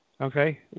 okay